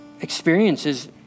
experiences